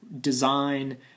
design